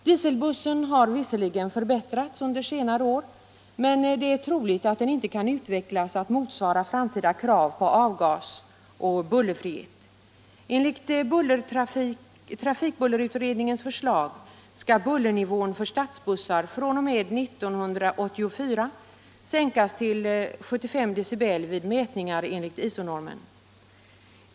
Dieselbussen har visserligen förbättrats under senare år, men det är troligt att den inte kan utvecklas till att motsvara framtida krav på avgas och bullerfrihet. Enligt trafikbullerutredningens förslag skall bullernivån för stadsbussar fr.o.m. 1984 sänkas till 75 decibel vid mätningar enligt ISO-normen.